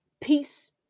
Peace